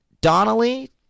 Donnelly